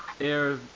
Air